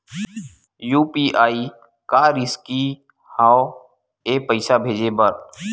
UPI का रिसकी हंव ए पईसा भेजे बर?